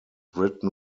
written